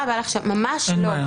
הנקודה ברורה.